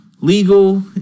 legal